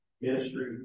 ministry